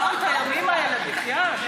עברנו את הימים האלה, בחייאת.